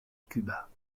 cuba